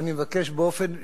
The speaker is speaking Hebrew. אדוני היושב-ראש,